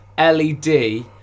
LED